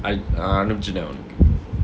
நா அனுப்சிட்ட உனக்கு:naa anupchitta unakku